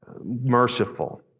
merciful